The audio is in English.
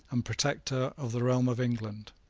and protector of the realm of england.